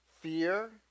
Fear